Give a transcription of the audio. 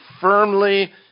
firmly